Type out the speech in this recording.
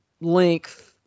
length